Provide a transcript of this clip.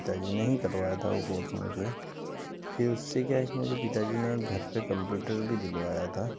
पिता जी ने ही करवाया था वो कोर्स मुझे फिर उससे क्या है कि मेरे पिता जी ने घर पर कंप्यूटर भी दिलवाया था